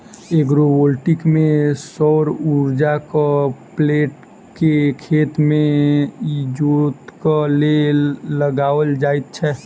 agrovoltaic मे सौर उर्जाक प्लेट के खेत मे इजोतक लेल लगाओल जाइत छै